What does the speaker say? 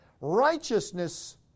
Righteousness